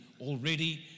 already